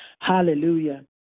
Hallelujah